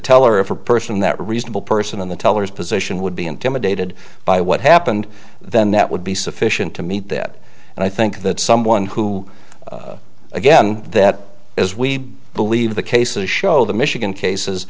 teller if a person that reasonable person in the tellers position would be intimidated by what happened then that would be sufficient to meet that and i think that someone who again that is we believe the cases show the michigan case